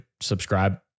subscribe